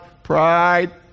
Pride